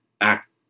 act